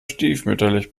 stiefmütterlich